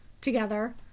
together